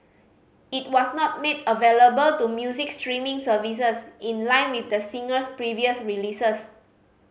it was not made available to music streaming services in line with the singer's previous releases